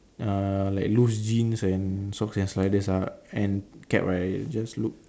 uh like loose jeans and socks and sliders ah and cap right just look